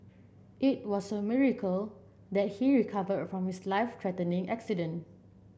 it was a miracle that he recovered from his life threatening accident